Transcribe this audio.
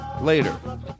Later